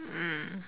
mm